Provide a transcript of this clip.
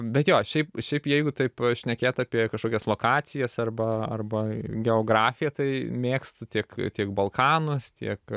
bet jo šiaip šiaip jeigu taip šnekėt apie kažkokias lokacijas arba arba geografiją tai mėgstu tiek tiek balkanus tiek